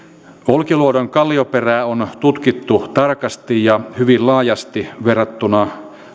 olkiluodon kallioperää on tutkittu tarkasti ja hyvin laajasti verrattuna